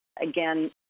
Again